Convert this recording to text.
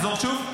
לחזור שוב?